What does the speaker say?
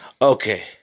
Okay